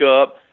up